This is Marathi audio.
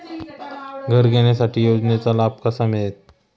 घर घेण्यासाठी योजनेचा लाभ कसा मिळेल?